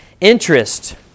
interest